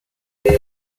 this